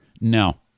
No